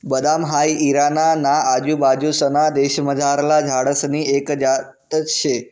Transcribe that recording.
बदाम हाई इराणा ना आजूबाजूंसना देशमझारला झाडसनी एक जात शे